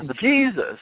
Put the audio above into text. Jesus